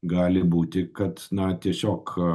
gali būti kad na tiesiog